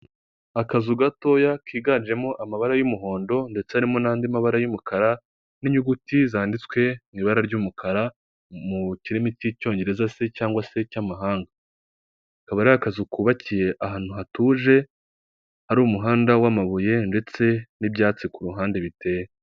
Akazu gatoya kiganjemo amabara y'umuhondo, ndetse harimo n'andi mabara y'umukara, n'inyuguti zanditswe mu ibara ry'umukara, mu kirimi cy'Icyongereza se cyangwa se cy'amahanga. Akaba ari akazu kubakiye ahantu hatuje, hari umuhanda w'amabuye, ndetse n'ibyatsi ku ruhande biteye.